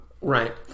right